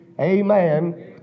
amen